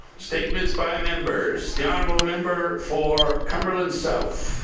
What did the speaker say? statements by members. the honourable member for cumberland south.